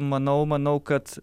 manau manau kad